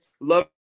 love